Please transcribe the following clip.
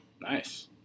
Nice